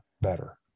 better